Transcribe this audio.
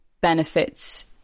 benefits